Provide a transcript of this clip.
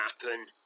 happen